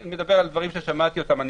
אני מדבר על דברים ששמעתי אותם.